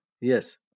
Yes